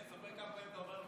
תספר להם כמה פעמים אתה אומר,